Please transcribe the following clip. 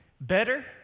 better